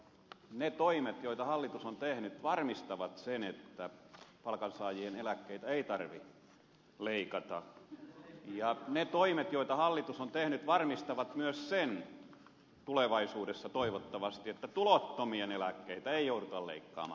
ne toimet joita hallitus on tehnyt varmistavat sen että palkansaajien eläkkeitä ei tarvitse leikata ja ne toimet joita hallitus on tehnyt varmistavat toivottavasti tulevaisuudessa myös sen että tulottomien eläkkeitä ei jouduta leikkaamaan